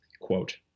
Quote